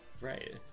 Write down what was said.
Right